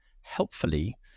helpfully